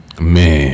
Man